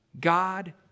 God